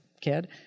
kid